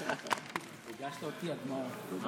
תודה רבה, אדוני היושב-ראש.